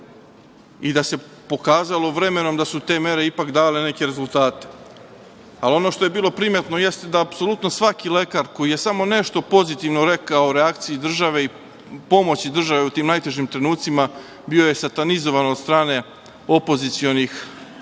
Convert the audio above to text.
i da se pokazalo vremenom da su te mere ipak dale neke rezultate. Ono što je bilo primetno jeste da apsolutno svaki lekar koji je samo nešto pozitivno rekao o reakciji države i pomoći države u tim najtežim trenucima bio je satanizovan od strane opozicionih